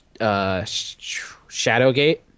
Shadowgate